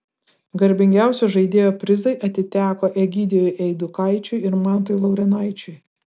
garbingiausio žaidėjo prizai atiteko egidijui eidukaičiui ir mantui laurynaičiui